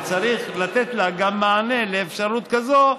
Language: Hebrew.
וצריך לתת מענה גם לאפשרות כזאת.